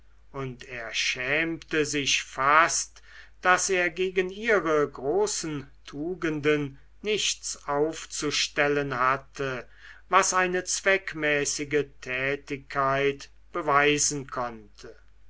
und er schämte sich fast daß er gegen ihre großen tugenden nichts aufzustellen hatte was eine zweckmäßige tätigkeit beweisen konnte